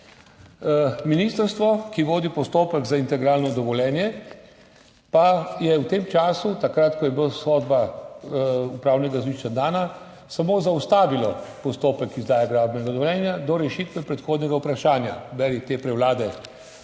Ministrstvo, ki vodi postopek za integralno dovoljenje, pa je v tem času, takrat, ko je bila dana sodba Upravnega sodišča, samo zaustavilo postopek izdaje gradbenega dovoljenja do rešitve predhodnega vprašanja, beri te prevlade.